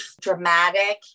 dramatic